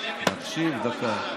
תקשיב דקה.